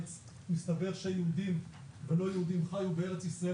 מסתבר שיהודים ולא יהודים חיו בארץ ישראל